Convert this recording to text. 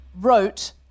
wrote